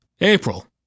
April